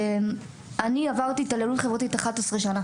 אני עברתי התעללות חברתית 11 שנה